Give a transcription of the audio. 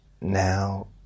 Now